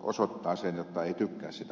osoittaa sen jotta ei tykkää siitä oppilaasta